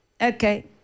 okay